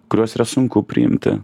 kuriuos yra sunku priimti